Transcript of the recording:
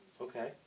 Okay